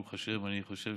ברוך השם, אני חושב